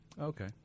Okay